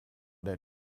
der